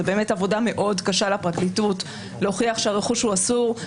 זה באמת עבודה מאוד קשה לפרקליטות להוכיח שהרכוש הוא אסור.